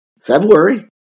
February